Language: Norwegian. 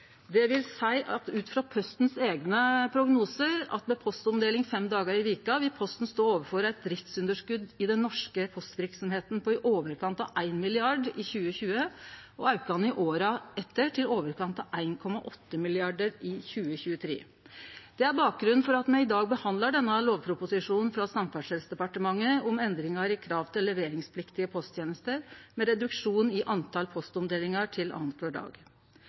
dvs. at ut frå Postens eigne prognosar vil Posten med postomdeling fem dagar i veka stå overfor eit driftsunderskot i den norske postverksemda på i overkant av 1 mrd. kr i 2020, og aukande i åra etter til i overkant av 1,8 mrd. kr i 2023. Det er bakgrunnen for at me i dag behandlar lovproposisjonen frå Samferdselsdepartementet om endringar i krav til leveringspliktige posttenester, med reduksjon i talet på postomdelingar til annankvar dag.